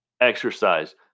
exercise